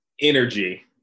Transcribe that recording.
energy